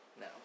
No